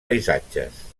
paisatges